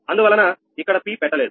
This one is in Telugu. అందువలన ఇక్కడ P పెట్టలేదు